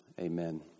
Amen